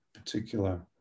particular